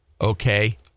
Okay